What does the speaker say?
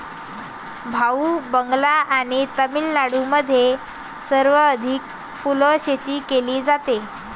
भाऊ, बंगाल आणि तामिळनाडूमध्ये सर्वाधिक फुलशेती केली जाते